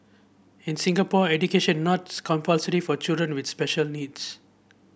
in Singapore education not compulsory for children with special needs